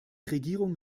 regierung